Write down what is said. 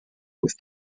with